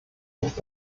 nicht